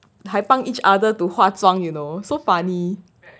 还帮 each other to 化妆 you know so funny